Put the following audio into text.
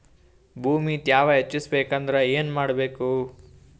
ಭೂಮಿ ತ್ಯಾವ ಹೆಚ್ಚೆಸಬೇಕಂದ್ರ ಏನು ಮಾಡ್ಬೇಕು?